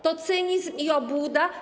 To cynizm i obłuda.